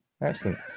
Excellent